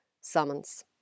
summons